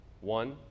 One